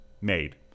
made